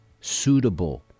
suitable